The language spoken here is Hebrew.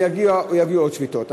ויגיע או יגיעו עוד שביתות.